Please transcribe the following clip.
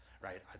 right